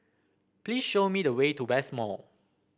please show me the way to West Mall